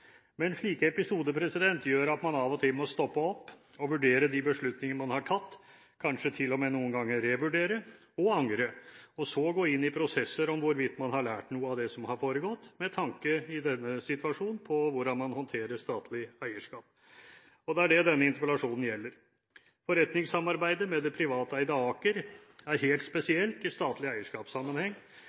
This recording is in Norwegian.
Men slike episoder gjør at man av og til må stoppe opp og vurdere de beslutninger man har tatt, kanskje til og med noen ganger revurdere og angre, og så gå inn i prosesser om hvorvidt man har lært noe av det som har foregått – i denne situasjonen med tanke på hvordan man håndterer statlig eierskap. Det er det denne interpellasjonen gjelder. Forretningssamarbeidet med det privateide Aker er helt spesielt i statlig eierskapssammenheng,